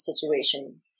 situation